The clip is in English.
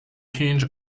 hinge